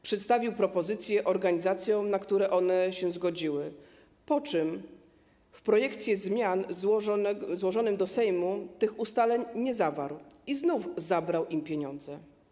Przedstawił propozycję organizacjom, na którą one się zgodziły, po czym w projekcie zmian złożonym do Sejmu tych ustaleń nie zawarł i znów zabrał im pieniądze.